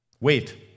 Wait